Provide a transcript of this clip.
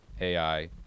AI